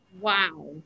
Wow